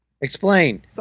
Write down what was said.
Explain